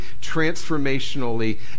transformationally